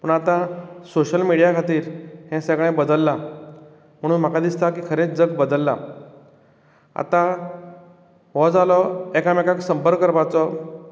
आतां social media खातीर हें सगळें बदल्लां म्हणून म्हाका दिसता खरेंच जग बद्दला आतां हो जाला एकामेकांक संपर्क करपाचो